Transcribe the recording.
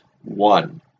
one